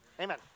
amen